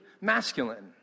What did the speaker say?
masculine